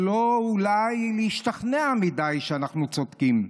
שלא אולי להשתכנע מדי שאנחנו צודקים.